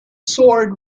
sword